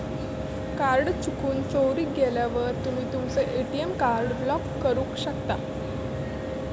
card चुकून, चोरीक गेल्यावर तुम्ही तुमचो ए.टी.एम कार्ड ब्लॉक करू शकता